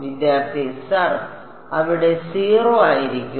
വിദ്യാർത്ഥി സർ അവിടെ 0 ആയിരിക്കും